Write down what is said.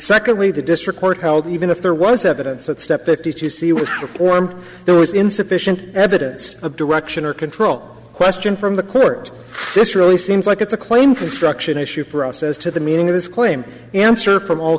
secondly the district court held even if there was evidence that step fifty to see was performed there was insufficient evidence of direction or control question from the court this really seems like it's a claim construction issue for us as to the meaning of his claim answer from all